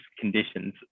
conditions